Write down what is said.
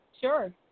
Sure